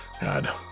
god